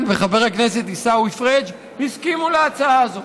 וחבר הכנסת עיסאווי פריג' הסכימו להצעה הזאת.